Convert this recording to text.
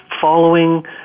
following